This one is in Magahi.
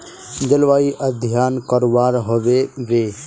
जलवायु अध्यन करवा होबे बे?